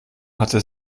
hatte